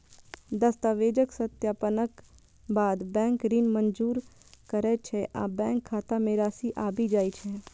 दस्तावेजक सत्यापनक बाद बैंक ऋण मंजूर करै छै आ बैंक खाता मे राशि आबि जाइ छै